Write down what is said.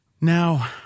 Now